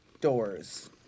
doors